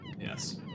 Yes